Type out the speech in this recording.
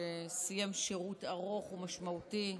שסיים שירות ארוך ומשמעותי,